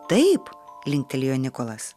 taip linktelėjo nikolas